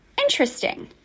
interesting